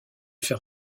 fer